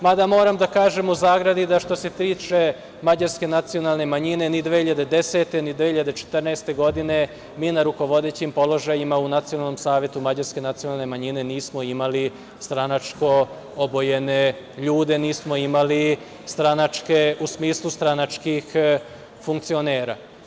Mada, moram da kažem u zagradi, da što se tiče mađarske nacionalne manjine, ni 2010. godine, ni 2014. godine mi na rukovodećim položajima u nacionalnom savetu mađarske nacionalne manjine nismo imali stranačko obojene ljude, nismo imali stranačke, u smislu stranačkih funkcionera.